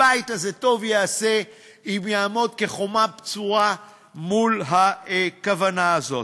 הבית הזה טוב יעשה אם יעמוד כחומה בצורה מול הכוונה הזאת.